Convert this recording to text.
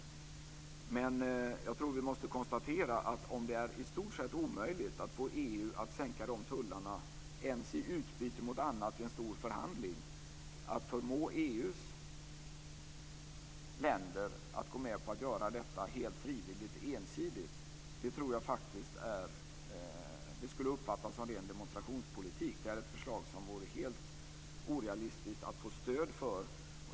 Jag tror emellertid att vi måste konstatera att om det är i stort sett omöjligt att få EU att sänka de tullarna ens i utbyte mot annat i en stor förhandling, tror jag att det skulle uppfattas som ren demonstrationspolitik att försöka förmå EU:s länder att gå med på att göra detta helt frivilligt ensidigt. Det är ett förslag som det vore helt orealistiskt att få stöd för.